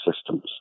systems